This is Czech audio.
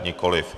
Nikoliv.